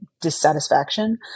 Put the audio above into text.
dissatisfaction